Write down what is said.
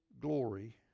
glory